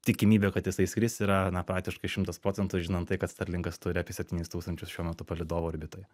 tikimybė kad jisai skris yra na praktiškai šimtas procentų žinant tai kad starlinkas turi apie septynis tūkstančius šiuo metu palydovų orbitoje